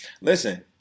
Listen